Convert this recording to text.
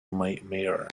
mayor